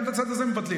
גם את הצד הזה מבטלים.